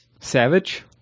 Savage